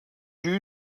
you